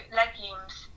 legumes